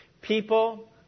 People